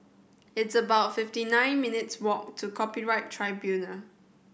it's about fifty nine minutes' walk to Copyright Tribunal